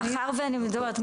מאחר ואני מדברת,